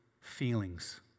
feelings